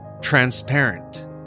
transparent